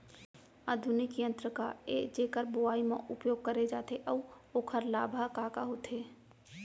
आधुनिक यंत्र का ए जेकर बुवाई म उपयोग करे जाथे अऊ ओखर लाभ ह का का होथे?